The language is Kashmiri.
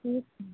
ٹھیٖک چھُ